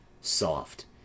soft